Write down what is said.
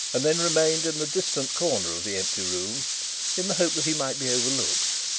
and then remained in a distant corner of the empty room in the hope that he might be over-looked.